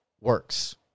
works